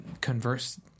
converse